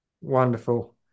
Wonderful